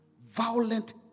violent